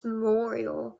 memorial